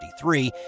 1953